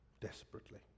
Desperately